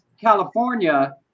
california